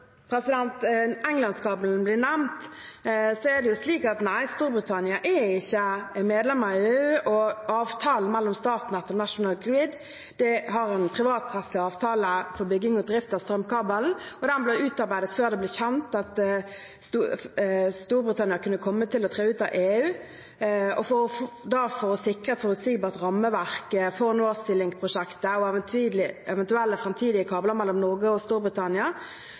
er det jo slik at Storbritannia ikke er medlem av EU. Avtalen mellom Statnett og National Grid er en privatrettslig avtale for bygging og drift av strømkabelen, og den ble utarbeidet før det ble kjent at Storbritannia kunne komme til å tre ut av EU. For da å sikre et forutsigbart rammeverk for North Sea Link-prosjektet og eventuelle fremtidige kabler mellom Norge og Storbritannia,